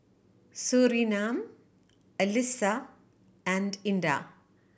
Surinam Alyssa and Indah